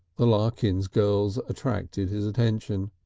the larkins girls attracted his attention.